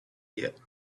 yet